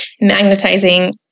magnetizing